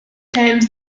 times